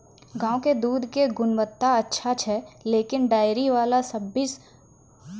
गांव के दूध के गुणवत्ता अच्छा छै लेकिन डेयरी वाला छब्बीस रुपिया लीटर ही लेय छै?